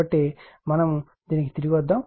కాబట్టి మనము దీనికి తిరిగి వస్తాము